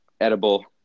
edible